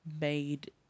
made